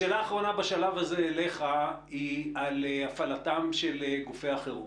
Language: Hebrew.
שאלה אחרונה בשלב הזה אליך היא על הפעלתם של גופי החירום,